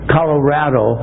Colorado